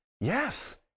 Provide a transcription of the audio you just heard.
Yes